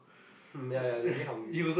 hmm ya ya you'll get hungry